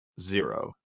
zero